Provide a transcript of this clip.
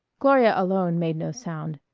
gloria alone made no sound.